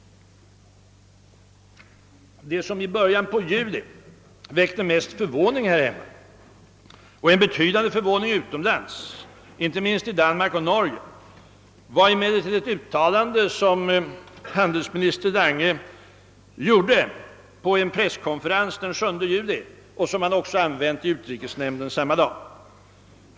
Det som i början av juli väckte mest förvåning här hemma — och en betydande förvåning utomlands, inte minst i Danmark och Norge — var emellertid ett uttalande som <:handelsminister Lange gjorde på en presskonferens den 7 juli och som han också använde i utrikesnämnden samma dag.